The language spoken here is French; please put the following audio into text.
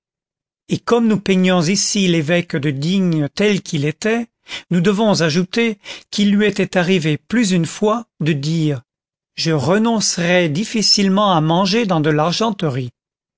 et comme nous peignons ici l'évêque de digne tel qu'il était nous devons ajouter qu'il lui était arrivé plus d'une fois de dire je renoncerais difficilement à manger dans de l'argenterie